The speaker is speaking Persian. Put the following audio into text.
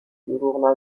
دروغ